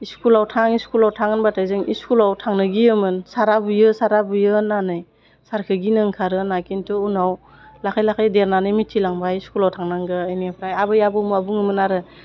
इस्कुलाव थां इस्कुलाव थां होनबाथाय जों इस्कुलाव थांनो गियोमोन सारा बुयो सारा बुयो होन्नानै सारखौ गिनो ओंखारो होन्ना खिन्थु उनाव लासै लासै देरनानै मिथिलांबाय स्कुलाव थांनांगौ बेनिफ्राय आबै आबौमोना बुङोमोन आरो